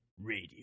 Radio